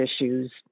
issues